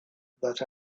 that